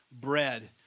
bread